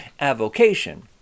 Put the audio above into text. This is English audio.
avocation